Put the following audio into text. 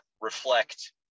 reflect